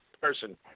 person